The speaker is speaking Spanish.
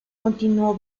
continuó